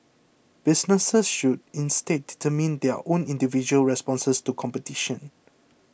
businesses should instead determine their own individual responses to competition